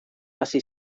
hasi